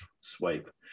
swipe